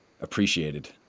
appreciated